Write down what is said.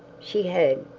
she had,